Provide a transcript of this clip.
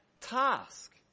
task